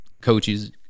coaches